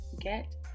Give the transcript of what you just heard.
get